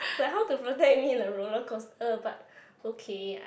like how to protect me in a roller coaster but okay I